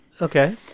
okay